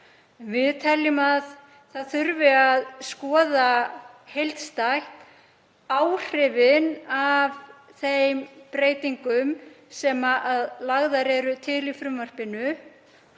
Við teljum að það þurfi að skoða heildstætt áhrifin af þeim breytingum sem lagðar eru til í frumvarpinu